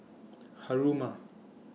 Haruma